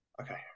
okay